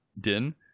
Din